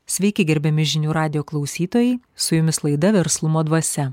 sveiki gerbiami žinių radijo klausytojai su jumis laida verslumo dvasia